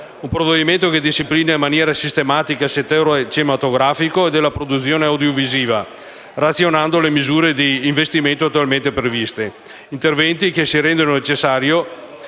un provvedimento che disciplina in maniera sistematica il settore cinematografico e della produzione audiovisiva, razionalizzando le misure di investimento attualmente previste; interventi che si rendono necessari